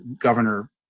Governor